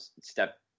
step